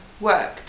work